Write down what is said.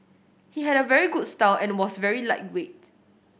he had a very good style and was very lightweight